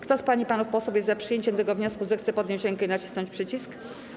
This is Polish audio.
Kto z pań i panów posłów jest za przyjęciem tego wniosku, zechce podnieść rękę i nacisnąć przycisk.